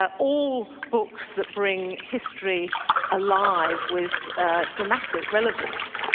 ah all books that bring history alive with dramatic relevance.